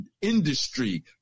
industry